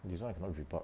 this [one] cannot drip out